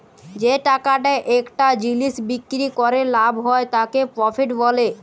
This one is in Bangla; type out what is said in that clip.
যে টাকাটা একটা জিলিস বিক্রি ক্যরে লাভ হ্যয় তাকে প্রফিট ব্যলে